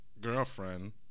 girlfriend